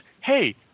hey